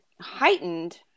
heightened